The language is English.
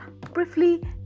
briefly